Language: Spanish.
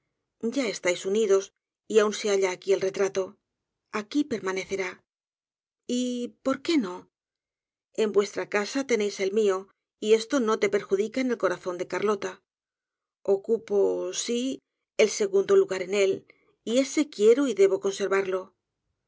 ya estáis unidos y aun se halla aquí el retrato aquí permanecerá y por qué no en vuestra casa tenéis el mió y esto no te perjudica en el corazón de carlota ocupo sí el segundo lugar eñ él y ese quiero y debo conservarlo